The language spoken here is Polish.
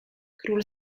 król